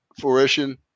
fruition